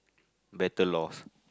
better laws